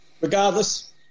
Regardless